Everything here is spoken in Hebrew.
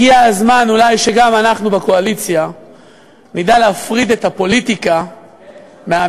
הגיע הזמן אולי שגם אנחנו בקואליציה נדע להפריד את הפוליטיקה מהמציאות.